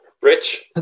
Rich